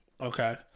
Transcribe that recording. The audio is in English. Okay